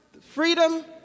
freedom